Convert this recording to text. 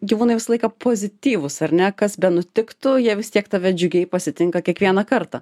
gyvūnai visą laiką pozityvūs ar ne kas benutiktų jie vis tiek tave džiugiai pasitinka kiekvieną kartą